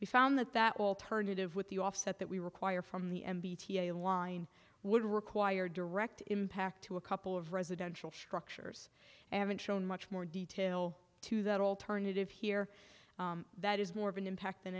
we found that that alternative with the offset that we require from the m b t line would require direct impact to a couple of residential structures and shown much more detail to that alternative here that is more of an impact than